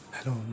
Hello